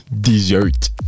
Dessert